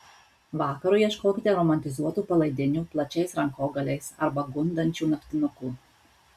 vakarui ieškokite romantizuotų palaidinių plačiais rankogaliais arba gundančių naktinukų